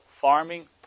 farming